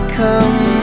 come